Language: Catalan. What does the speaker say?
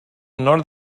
nord